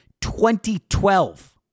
2012